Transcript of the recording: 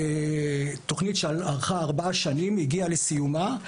התוכנית ארכה 4 שנים והגיעה לסיומה,